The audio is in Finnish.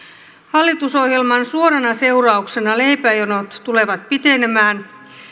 hallitusohjelman suorana seurauksena leipäjonot tulevat pitenemään